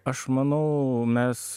aš manau mes